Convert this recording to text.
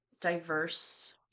diverse